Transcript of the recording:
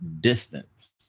distance